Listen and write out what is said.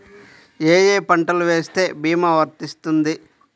ఏ ఏ పంటలు వేస్తే భీమా వర్తిస్తుంది?